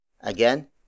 Again